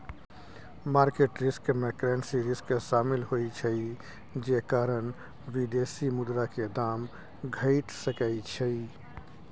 market risk में currency risk शामिल होइ छइ जे कारण विदेशी मुद्रा के दाम घइट सकइ छइ